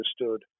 understood